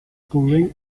green